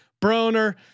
Broner